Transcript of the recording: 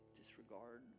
disregard